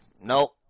Nope